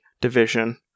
division